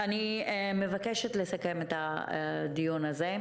אני מבקשת לסכם את הדיון הזה.